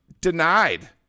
Denied